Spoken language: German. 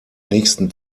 nächsten